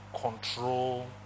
control